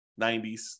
90s